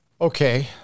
Okay